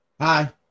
Hi